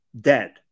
dead